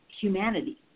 humanity